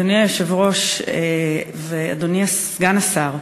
אדוני היושב-ראש ואדוני סגן השר,